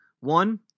One